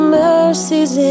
mercies